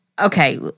Okay